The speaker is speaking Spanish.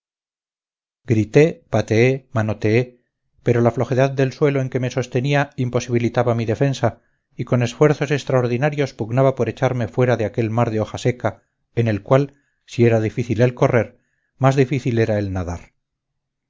grité pateé manoteé pero la flojedad del suelo en que me sostenía imposibilitaba mi defensa y con esfuerzos extraordinarios pugnaba por echarme fuera de aquel mar de hoja seca en el cual si era difícil el correr más difícil era el nadar